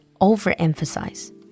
overemphasize